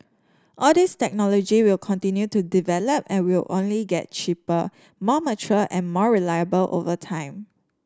all these technology will continue to develop and will only get cheaper more mature and more reliable over time